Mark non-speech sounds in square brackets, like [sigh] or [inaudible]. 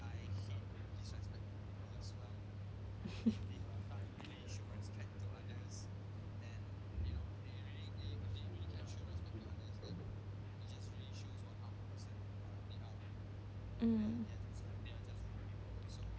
[laughs] mm